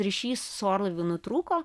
ryšys su orlaiviu nutrūko